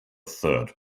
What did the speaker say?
third